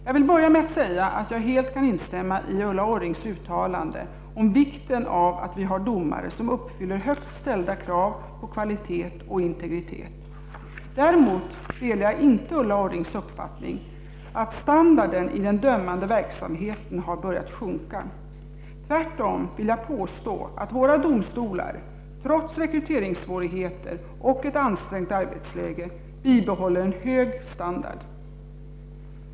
Jag vill börja med att säga att jag helt kan instämma i Ulla Orrings uttalande om vikten av att vi har domare som uppfyller högt ställda krav på kvalitet och integritet. Däremot delar jag inte Ulla Orrings uppfattning att standarden i den dömande verksamheten har börjat sjunka. Tvärtom vill jag påstå att våra domstolar — trots rekryteringssvårigheter och ett ansträngt arbetsläge — bibehåller en hög standard.